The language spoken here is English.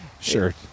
Sure